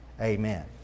Amen